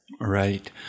right